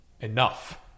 enough